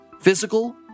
physical